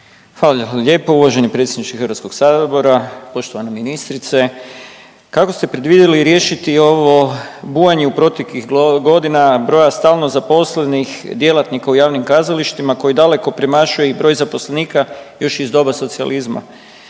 Hvala lijepo uvaženi predsjedniče HS-a. Poštovana ministrice, kako ste predvidjeli riješiti ovo bujanje u proteklih godina broja stalnozaposlenih djelatnika u javnim kazalištima koji daleko premašuje i broj zaposlenika još iz doba socijalizma,